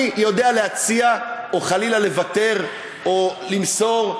אני יודע להציע, או חלילה, לוותר, או למסור,